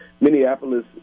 Minneapolis